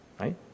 right